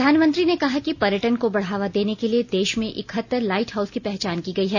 प्रधानमंत्री ने कहा कि पर्यटन को बढावा देने के लिए देश में इकहत्तर लाईट हाउस की पहचान की गयी है